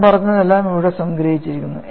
ഞാൻ പറഞ്ഞതെല്ലാം ഇവിടെ സംഗ്രഹിച്ചിരിക്കുന്നു